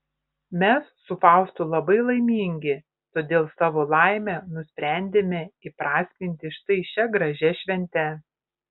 mes su faustu labai laimingi todėl savo laimę nusprendėme įprasminti štai šia gražia švente